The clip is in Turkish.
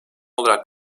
olarak